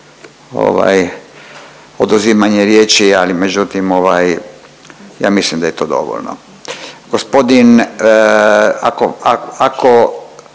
oduzimanje riječi, ali međutim ovaj ja mislim da je to dovoljno. Gospodin, ako